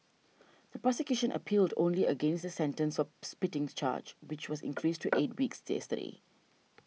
the prosecution appealed only against the sentence of spitting charge which was increased to eight weeks yesterday